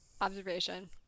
observation